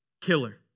killer